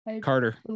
Carter